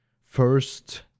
first